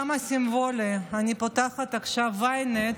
כמה סימבולי, אני פותחת עכשיו ynet,